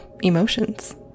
emotions